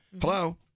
hello